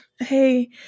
hey